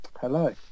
Hello